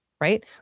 right